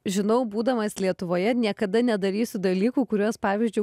žinau būdamas lietuvoje niekada nedarysiu dalykų kuriuos pavyzdžiui